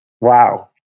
wow